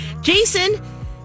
Jason